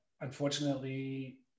unfortunately